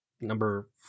number